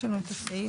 יש לנו את הסעיף.